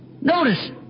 Notice